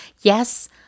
Yes